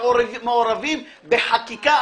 מעורבים בחקיקה,